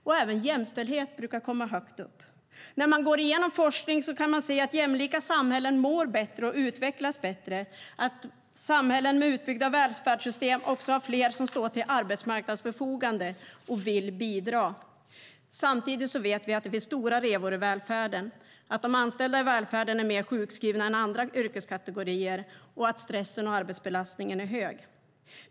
Även jämställdhet brukar komma högt upp. När man går igenom forskning kan man se att jämlika samhällen mår bättre och utvecklas bättre och att samhällen med utbyggda välfärdssystem också har fler som står till arbetsmarknadens förfogande och vill bidra. Samtidigt vet vi att det finns stora revor i välfärden, att de anställda i välfärden är mer sjukskrivna än andra yrkeskategorier och att stressen och arbetsbelastningen är hög.